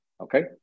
Okay